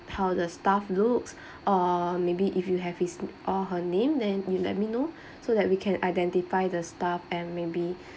how the staff looks or maybe if you have his or her name then you let me know so that we can identify the staff and maybe